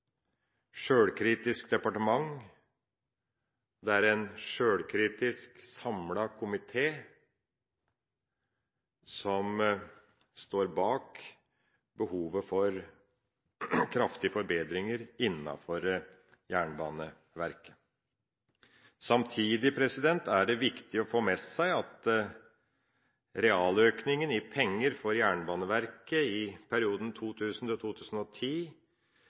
sjølkritisk departement, en sjølkritisk samlet komité som står bak behovet for kraftige forbedringer innenfor Jernbaneverket. Samtidig er det viktig å få med seg at realøkningen i penger for Jernbaneverket i perioden